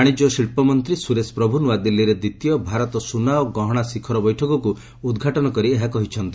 ବାଶିଜ୍ୟ ଓ ଶିଳ୍ପ ମନ୍ତ୍ରୀ ସୁରେଶ ପ୍ରଭୁ ନୂଆଦିଲ୍ଲୀରେ ଦ୍ୱିତୀୟ ଭାରତ ସୁନା ଓ ଗହଣା ଶିଖର ବୈଠକକୁ ଉଦ୍ଘାଟନ କରି ଏହା କହିଛନ୍ତି